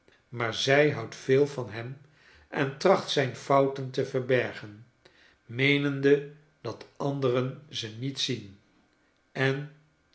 maar zij houdt veel van hem en tracht zijn fouten te verbergen meenende dat an deren ze niet zien en